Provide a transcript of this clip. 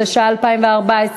התשע"ה 2014,